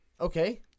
Okay